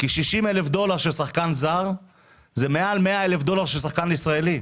כי 60,000 דולר של שחקן זר זה מעל 100,000 דולר של שחקן ישראלי,